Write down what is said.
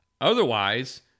Otherwise